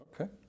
Okay